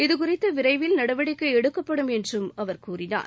இது குறித்து விரைவில் நடவடிக்கை எடுக்கப்படும் என்றும் அவர் கூறினார்